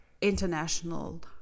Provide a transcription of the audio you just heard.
international